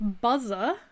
buzzer